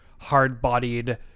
hard-bodied